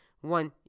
one